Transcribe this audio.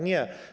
Nie.